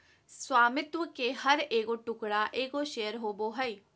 स्वामित्व के हर एगो टुकड़ा एगो शेयर होबो हइ